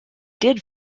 did